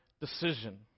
decision